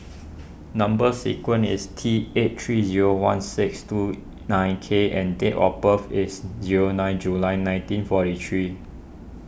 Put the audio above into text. Number Sequence is T eight three zero one six two nine K and date of birth is zero nine July nineteen forty three